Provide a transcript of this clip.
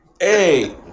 Hey